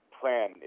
plan